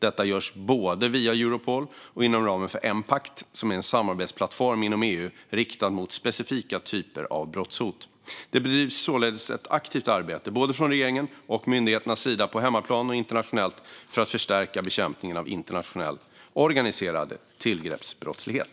Detta görs både via Europol och inom ramen för Empact, som är en samarbetsplattform inom EU riktad mot specifika typer av brottshot. Det bedrivs således ett aktivt arbete från både regeringens och myndigheternas sida, på hemmaplan och internationellt, för att förstärka bekämpningen av internationell, organiserad tillgreppsbrottslighet.